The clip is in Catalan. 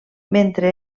mentre